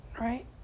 Right